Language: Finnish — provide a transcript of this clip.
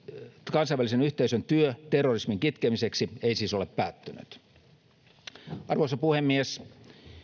kansainvälisen yhteisön työ terrorismin kitkemiseksi ei siis ole päättynyt arvoisa puhemies